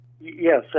yes